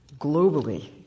globally